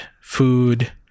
food